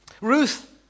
Ruth